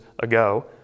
ago